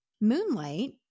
Moonlight